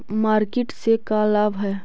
Market से का लाभ है?